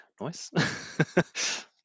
Nice